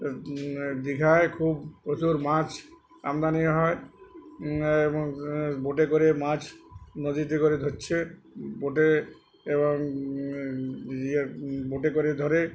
দীঘায় খুব প্রচুর মাছ আমদানি হয় এবং বোটে করে মাছ নদীতে করে ধরছে বোটে এবং বোটে করে ধরে